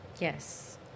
Yes